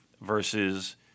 versus